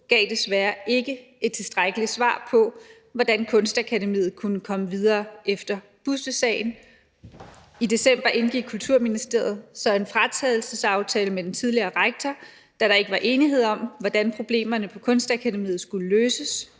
gav desværre ikke et tilstrækkeligt svar på, hvordan Kunstakademiet kunne komme videre efter bustesagen. I december indgik Kulturministeriet så en fratrædelsesaftale med den tidligere rektor, da der ikke var enighed om, hvordan problemerne på Kunstakademiet skulle løses.